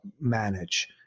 manage